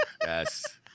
yes